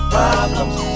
Problems